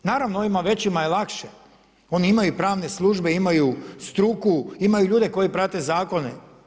Naravno ovim većima je lakše, oni imaju pravne službe, imaju struku, imaju ljude koji prate zakone.